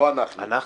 לא אנחנו,